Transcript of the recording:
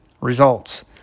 results